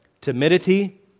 timidity